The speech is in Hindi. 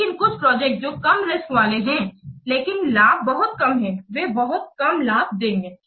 लेकिन कुछ प्रोजेक्ट जो कम रिस्क वाले हैं लेकिन लाभ बहुत कम है वे बहुत कम लाभ देंगे